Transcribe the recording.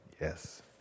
Yes